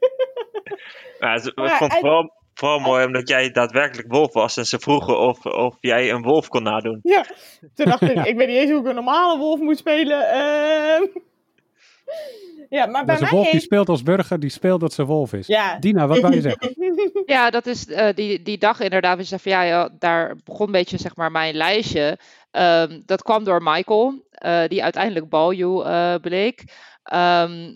eigenlijk. Ja, ze- Maar ik vond het uit- vooral- vooral mooi omdat jij daadwerkelijk wolf was en ze vroegen of- of jij een wolf kon nadoen. Ja, toen dacht ik, Ja. ik weet niet eens hoe ik een normale wolf moet spelen, ehm. Ja, maar Dat bij is een mij wolf die heeft- speelt als burger, die speelt dat ze wolf is. Ja. Dina, wat wou je zeggen? Ja, dat is, eh, die- die dag inderdaad, we zeiden van, ja, ja, daar begon een beetje, zeg maar, mijn lijstje. Ehm, dat kwam door Michael, eh, die uiteindelijk Baljoe, eh, bleek. Ehm,